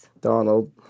Donald